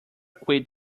quit